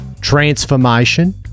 transformation